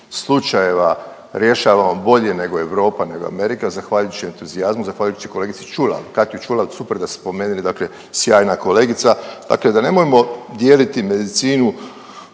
slučajeva rješavamo bolji nego Europa, nego Amerika zahvaljujući entuzijazmu, zahvaljujući kolegici Ćulav, Katju Ćural super da ste spomenuli. Dakle, sjajna kolegica. Dakle, da nemojmo dijeliti medicinu